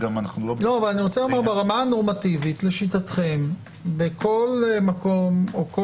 ברמה הנורמטיבית לשיטתכם בכל מקום או כל